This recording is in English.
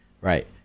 Right